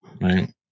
Right